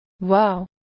Wow